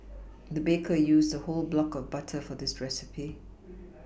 the baker used a whole block of butter for this recipe